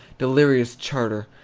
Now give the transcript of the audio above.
delirious charter!